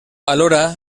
alhora